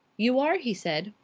you are! he said.